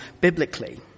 biblically